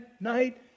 night